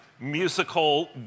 musical